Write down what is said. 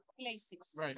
places